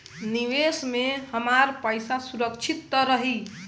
निवेश में हमार पईसा सुरक्षित त रही?